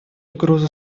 угрозу